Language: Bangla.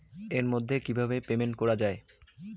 এর মাধ্যমে কিভাবে পেমেন্ট করা য়ায়?